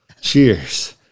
cheers